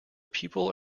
pupil